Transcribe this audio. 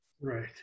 Right